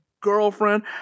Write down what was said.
girlfriend